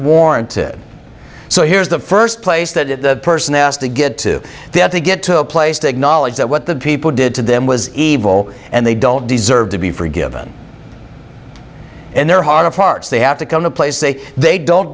warranted so here's the first place that the person has to get to they have to get to a place to acknowledge that what the people did to them was evil and they don't deserve to be forgiven in their heart of hearts they have to come to play say they don't